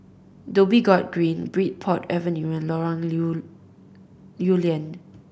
Dhoby Ghaut Green Bridport Avenue and Lorong Lew Lew Lian